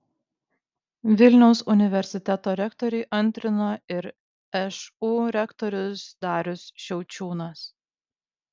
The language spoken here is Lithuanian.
vilniaus universiteto rektoriui antrino ir šu rektorius darius šiaučiūnas